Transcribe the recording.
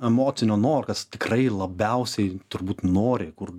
emocinio nu o kas tikrai labiausiai turbūt nori kur